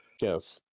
yes